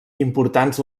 importants